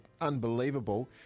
unbelievable